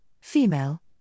female